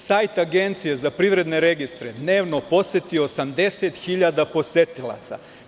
Sajt Agencije za privredne registre dnevno poseti 80.000 posetilaca.